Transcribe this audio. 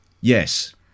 Yes